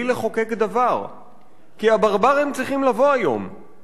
/ למה יושבים המחוקקים בלי לחוקק דבר?// כי הברברים צריכים לבוא היום./